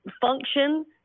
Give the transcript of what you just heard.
function